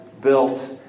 built